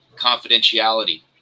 confidentiality